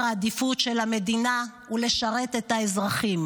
העדיפויות של המדינה ולשרת את האזרחים.